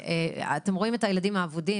אתם רואים את הילדים האבודים.